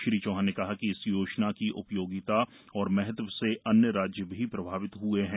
श्री चौहान ने कहा कि इस योजना की उपयोगिता और महत्व से अन्य राज्य भी प्रभावित ह्ए हैं